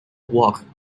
work